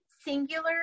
singular